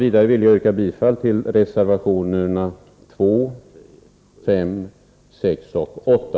Jag yrkar även bifall till reservationerna 2, 5, 6 och 8.